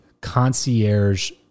concierge